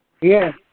Yes